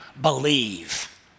believe